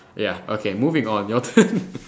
ya okay moving on your turn